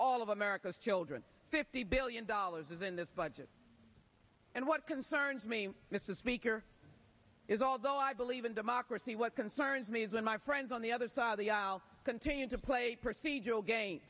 all of america's children fifty billion dollars in this budget and what concerns me just as speaker is although i believe in democracy what concerns me is when my friends on the other side of the aisle continue to play procedural game